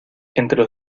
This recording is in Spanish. entre